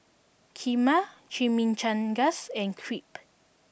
Kheema Chimichangas and Crepe